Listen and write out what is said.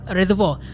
reservoir